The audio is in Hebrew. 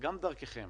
גם דרככם